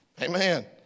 Amen